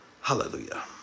hallelujah